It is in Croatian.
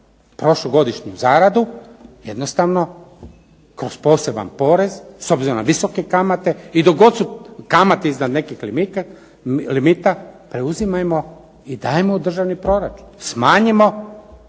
Prošlogodišnju zaradu jednostavno kroz poseban porez s obzirom na visoke kamate i dok god su kamate iznad nekih limita preuzimajmo i dajmo u državni proračun, smanjimo